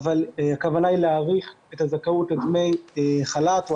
הכוונה היא להאריך את הזכאות לדמי חל"ת או